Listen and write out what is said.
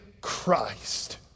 Christ